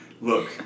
Look